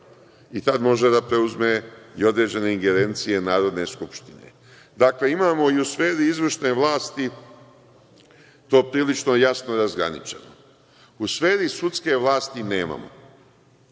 i tada može da preuzme i određene ingerencije Narodne skupštine. Dakle, imamo i u sferi izvršne vlasti poprilično jasno razgraničeno.U sferi sudske vlasti nemamo.